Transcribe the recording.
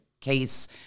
case